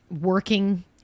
working